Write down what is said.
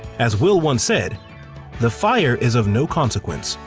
as will once said the fire is of no consequence.